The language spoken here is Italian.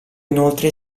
inoltre